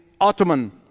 Ottoman